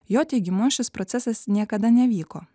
jo teigimu šis procesas niekada nevyko